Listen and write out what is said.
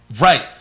Right